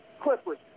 Clippers